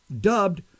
dubbed